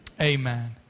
amen